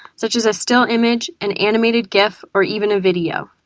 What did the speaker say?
such as a still image, an animated gif, or even a video.